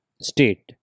state